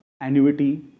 annuity